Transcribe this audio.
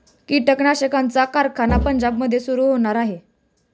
कीटकनाशकांचा कारखाना पंजाबमध्ये सुरू होणार आहे